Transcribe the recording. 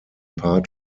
part